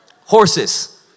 horses